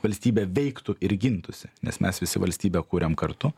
valstybė veiktų ir gintųsi nes mes visi valstybę kuriam kartu